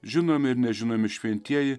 žinomi ir nežinomi šventieji